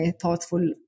thoughtful